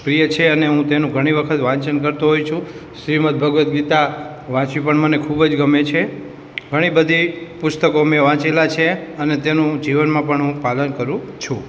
પ્રિય છે અને હું તેનું ઘણી વખત વાંચન કરતો હોઉં છું શ્રીમદ્ ભાગવદ્ ગીતા વાંચવી પણ મને ખૂબ જ ગમે છે ઘણી બધી પુસ્તકો મેં વાંચેલાં છે અને તેનું હું જીવનમાં પણ હું પાલન કરું છું